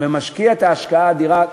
ומשקיע את ההשקעה האדירה.